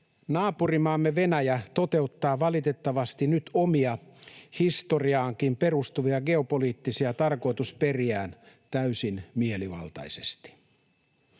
Naapurimaamme Venäjä toteuttaa valitettavasti nyt omia, historiaankin perustuvia geopoliittisia tarkoitusperiään täysin mielivaltaisesti.